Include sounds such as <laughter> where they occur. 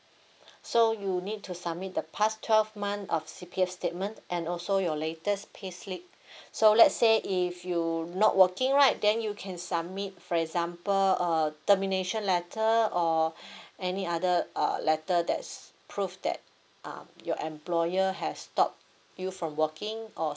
so you need to submit the past twelve month of C_P_F statement and also your latest payslip <breath> so let's say if you not working right then you can submit for example uh termination letter or <breath> any other err letter that's proof that uh your employer has stopped you from working or